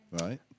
Right